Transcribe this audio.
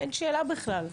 אין שאלה בכלל.